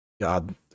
God